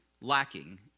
lacking